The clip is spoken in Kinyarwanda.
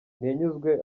ntiyanyuzwe